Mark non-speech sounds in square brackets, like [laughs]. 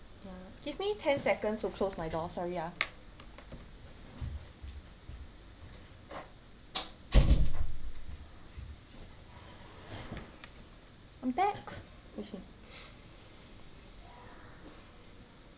ya give me ten seconds to close my door sorry ya I'm back [laughs]